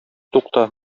тукта